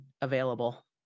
available